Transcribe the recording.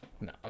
No